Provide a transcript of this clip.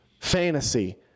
fantasy